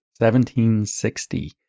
1760